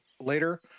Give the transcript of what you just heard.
later